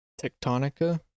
tectonica